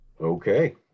Okay